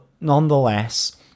nonetheless